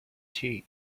tea